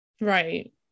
Right